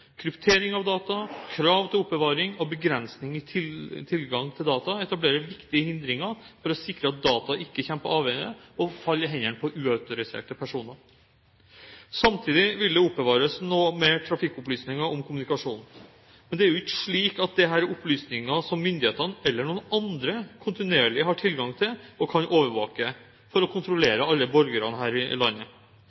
Kryptering av data, krav til oppbevaring og begrensning i tilgang til data etablerer viktige hindringer for å sikre at data ikke kommer på avveie og faller i hendene på uautoriserte personer. Samtidig vil det oppbevares noe mer trafikkopplysninger om kommunikasjon. Men det er jo ikke slik at dette er opplysinger som myndighetene eller noen andre kontinuerlig har tilgang til og kan overvåke for å